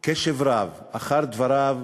קשב רב לדבריו